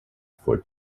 for